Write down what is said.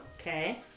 Okay